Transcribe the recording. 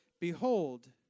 Behold